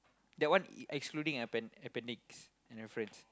that one excluding appen~ appendix and reference